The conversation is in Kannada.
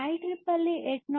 ಐಇಇಇ 802